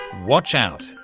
watch out!